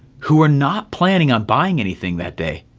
who are not planning on buying anything that day.